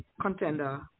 contender